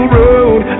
road